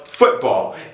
football